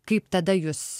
kaip tada jus